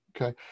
okay